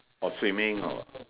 or swimming or